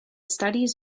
studies